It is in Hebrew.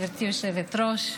גברתי היושבת-ראש,